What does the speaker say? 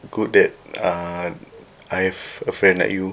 good that uh I have a friend like you